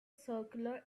circular